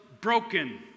broken